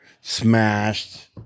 smashed